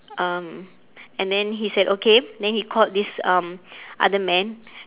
um and then he said okay and then he called this um other man